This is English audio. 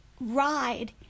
ride